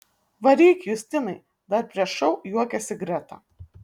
varyk justinai dar prieš šou juokėsi greta